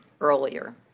earlier